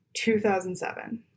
2007